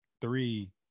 Three